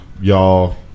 Y'all